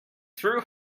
threw